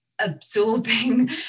absorbing